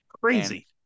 crazy